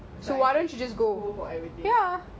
I should just go for everything